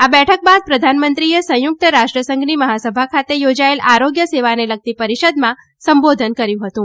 આ બેઠક બાદ પ્રધાનમંત્રીએ સંયુકગ્ત રાષ્ટ્રસંઘની મહાસભા ખાતે યોજાયેલ આરોગ્ય સેવાને લગતી પરિષદમાં સંબોધન કર્યું હતું